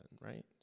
right